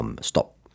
stop